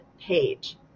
page